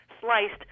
sliced